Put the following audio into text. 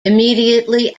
immediately